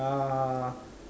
uh